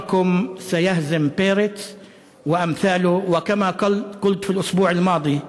אורכם יביס את פרץ ושכמותו, וגם אמרתי בשבוע שעבר: